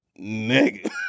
Nigga